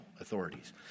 authorities